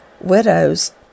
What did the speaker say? widows